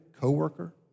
coworker